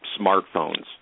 smartphones